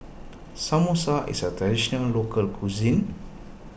Samosa is a Traditional Local Cuisine